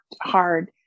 hard